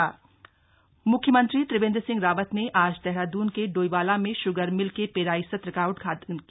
गन्ना पेराई सत्र मुख्यमंत्री त्रिवेंद्र सिंह रावत ने आज देहरादून के डोईवाला में शुगर मिल के पेराई सत्र का उद्घाटन किया